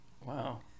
Wow